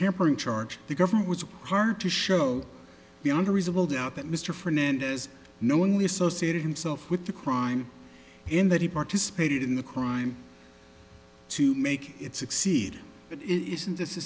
hampering charge the government was hard to show beyond a reasonable doubt that mr fernandez knowingly associated himself with the crime in that he participated in the crime to make it succeed but isn't